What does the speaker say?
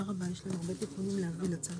הישיבה ננעלה בשעה